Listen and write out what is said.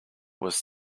was